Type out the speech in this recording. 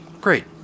Great